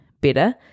better